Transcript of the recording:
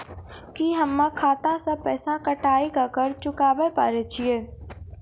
की हम्मय खाता से पैसा कटाई के कर्ज चुकाबै पारे छियै?